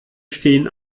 stehen